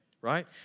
right